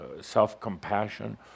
self-compassion